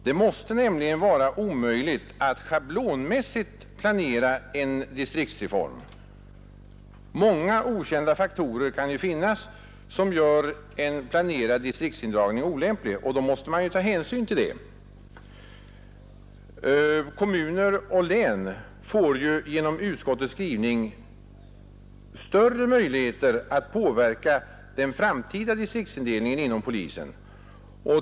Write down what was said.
Det måste nämligen vara omöjligt att schablonmässigt planera en distriktsreform. Många okända faktorer kan finnas som gör en planerad distriktsindragning olämplig och då måste man ta hänsyn till detta. Kommuner och län får genom utskottets skrivning större möjligheter att påverka den framtida distriktsindelningen inom polisen.